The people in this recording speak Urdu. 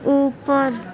اوپر